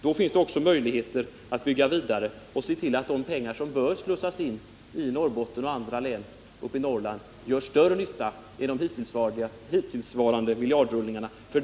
Då finns det också möjligheter att bygga vidare och se till att de pengar som bör slussas in i Norrbotten och andra län i Norrland gör större nytta än de hittillsvarande miljardrullningarna.